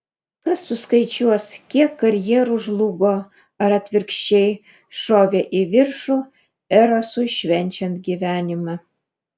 kas suskaičiuos kiek karjerų žlugo ar atvirkščiai šovė į viršų erosui švenčiant gyvenimą